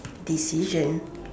decision